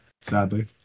Sadly